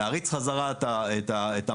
להריץ חזרה את המערכות,